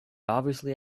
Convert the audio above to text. obviously